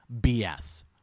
BS